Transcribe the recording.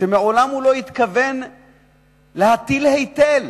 שמעולם הוא לא התכוון להטיל היטל.